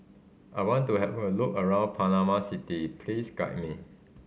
I want to have a look around Panama City please guide me